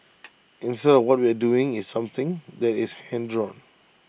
instead what we are doing is something that is hand drawn